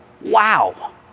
Wow